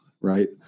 right